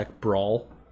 Brawl